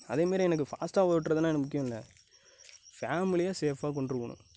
அதேமாரி எனக்கு ஃபாஸ்ட்டாக ஓட்டுறதெலாம் எனக்கு முக்கியம் இல்லை ஃபேமிலியை சேஃப்பாக கொண்டு போகணும்